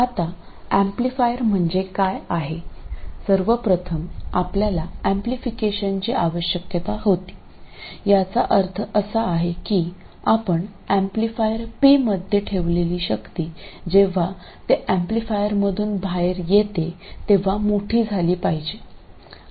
आता एम्पलीफायर म्हणजे काय आहे सर्वप्रथम आपल्याला एम्पलीफिकेशनची आवश्यकता होती याचा अर्थ असा आहे की आपण एम्पलीफायर P मध्ये ठेवलेली शक्ती जेव्हा ते एम्पलीफायरमधून बाहेर येते तेव्हा मोठी झाली पाहिजे